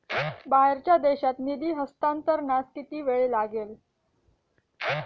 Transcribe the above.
बाहेरच्या देशात निधी हस्तांतरणास किती वेळ लागेल?